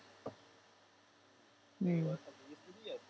mm